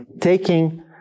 taking